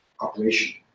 operation